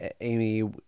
Amy